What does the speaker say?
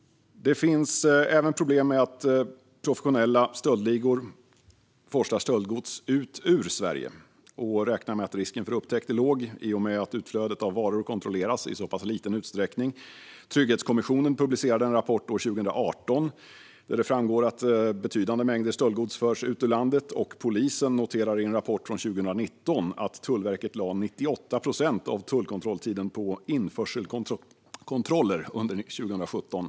Det finns även problem med att professionella stöldligor forslar stöldgods ut ur Sverige och räknar med att risken för upptäckt är låg i och med att utflödet av varor kontrolleras i så pass liten utsträckning. Trygghetskommissionen publicerade en rapport år 2018 där det framgår att betydande mängder stöldgods förs ut ur landet, och polisen noterade i en rapport från 2019 att Tullverket lade 98 procent av tullkontrolltiden på införselkontroller under 2017.